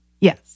Yes